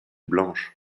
blanche